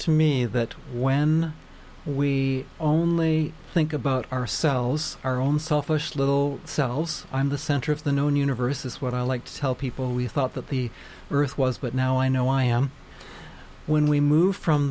to me that when we only think about ourselves our own selfish little selves i'm the center of the known universe is what i like to tell people we thought that the earth was but now i know i am when we move from